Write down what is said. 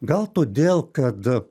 gal todėl kad